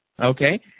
Okay